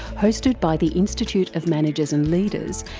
hosted by the institute of managers and leaders,